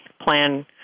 plan